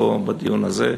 לא בדיון הזה,